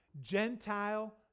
Gentile